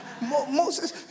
Moses